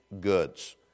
goods